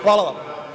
Hvala vam.